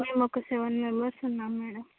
మేమొక seven members ఉన్నాం madam